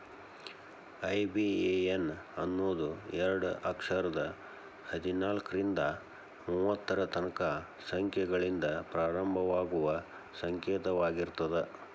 IBAN ಅನ್ನೋದು ಎರಡ ಅಕ್ಷರದ್ ಹದ್ನಾಲ್ಕ್ರಿಂದಾ ಮೂವತ್ತರ ತನಕಾ ಸಂಖ್ಯೆಗಳಿಂದ ಪ್ರಾರಂಭವಾಗುವ ಸಂಕೇತವಾಗಿರ್ತದ